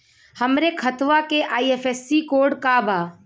हमरे खतवा के आई.एफ.एस.सी कोड का बा?